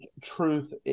truth